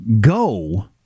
go